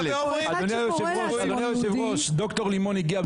אופיר, איך לא מתאים לך לעמוד לצידו.